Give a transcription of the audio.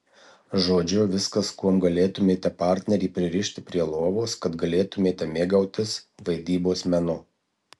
žodžiu viskas kuom galėtumėte partnerį pririšti prie lovos kad galėtumėte mėgautis vaidybos menu